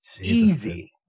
easy